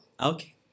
Okay